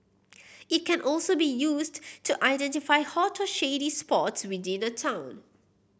it can also be used to identify hot or shady spots within a town